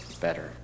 better